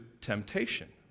temptation